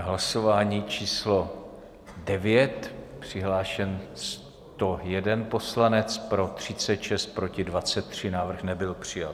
Hlasování číslo 9, přihlášen 101 poslanec, pro 36, proti 23, návrh nebyl přijat.